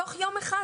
לא תוך יום אחד.